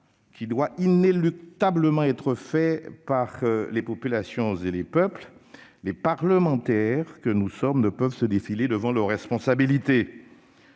qui doit inéluctablement être fait par les populations et les peuples, les parlementaires que nous sommes ne peuvent se défiler devant leurs responsabilités.